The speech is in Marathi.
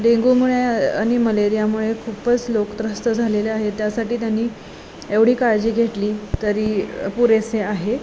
डेंगूमुळे आणि मलेरियामुळे खूपच लोक त्रस्त झालेले आहेत त्यासाठी त्यांनी एवढी काळजी घेतली तरी पुरेसे आहे